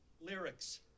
Lyrics